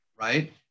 right